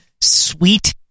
sweet